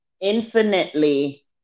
infinitely